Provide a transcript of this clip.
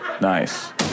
Nice